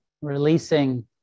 Releasing